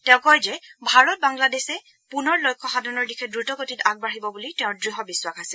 তেওঁ কয় যে ভাৰত বাংলাদেশে পুনৰ লক্ষ্য সাধনৰ দিশে দ্ৰতগতিত আগবাঢ়িব বুলি তেওঁৰ দৃঢ় বিখাস আছে